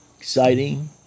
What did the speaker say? exciting